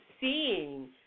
seeing